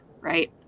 Right